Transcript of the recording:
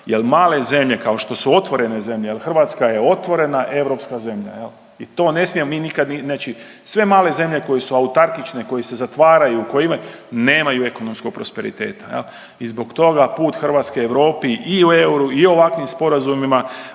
jer male zemlje kao što su otvorene zemlje, jer Hrvatska je otvorena europska zemlja. I to ne smijemo mi nikad znači sve male zemlje koje su autarkične, koje se zatvaraju koje imaju nemaju ekonomskog prosperiteta i zbog toga put Hrvatske Europi i o euru i o ovakvim sporazumima